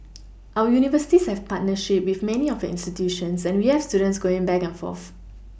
our universities have partnership with many of institutions and we have students going back and forth